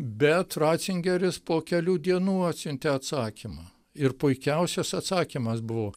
bet ratzingeris po kelių dienų atsiuntė atsakymą ir puikiausias atsakymas buvo